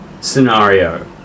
scenario